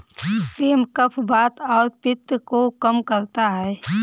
same कफ, वात और पित्त को कम करता है